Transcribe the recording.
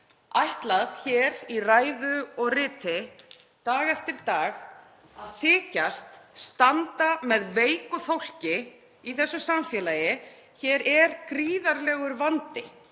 ætlað hér í ræðu og riti dag eftir dag að þykjast standa með veiku fólki í þessu samfélagi. Hér er gríðarlegur vandi,